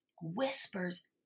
whispers